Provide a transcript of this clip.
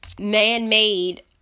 Man-Made